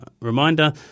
reminder